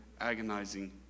agonizing